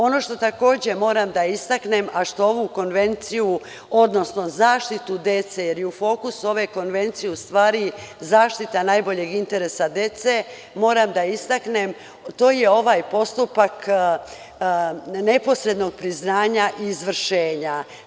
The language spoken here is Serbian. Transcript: Ono što takođe moram da istaknem, a što ovu Konvenciju, odnosno zaštitu dece, jer je u fokusu ove Konvencije u stvari zaštita najboljeg interesa dece, jeste postupak neposrednog priznanja izvršenja.